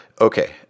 Okay